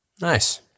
Nice